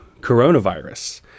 coronavirus